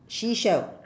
seashell